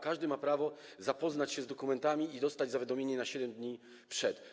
Każdy ma prawo zapoznać się z dokumentami i dostać zawiadomienie na 7 dni przed.